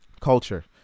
culture